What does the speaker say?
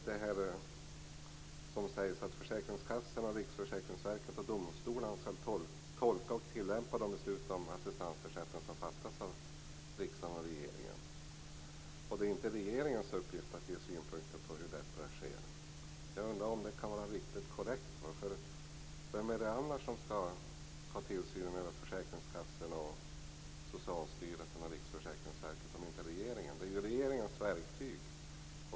Det sägs att försäkringskassorna, Riksförsäkringsverket och domstolarna skall tolka och tillämpa de beslut om assistansersättning som fattas av riksdagen och regeringen och att det inte är regeringens uppgift att ge synpunkter på hur detta sker. Jag undrar om det kan vara helt korrekt. Vem skall annars ha tillsyn över försäkringskassorna, Socialstyrelsen och Riksförsäkringsverket om inte regeringen har det? De är ju regeringens verktyg.